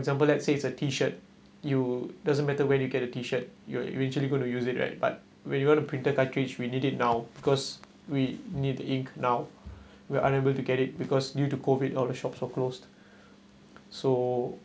example let's say a T-shirt you doesn't matter where you get the T-shirt you eventually going to use it right but when you want to printer cartridge we need it now because we need to ink now we are unable to get it because due to COVID all the shops are closed so